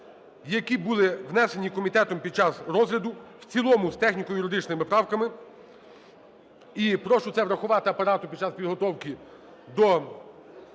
які були внесені комітетом під час розгляду, в цілому з техніко-юридичними правками. І прошу це врахувати Апарату під час підготовки до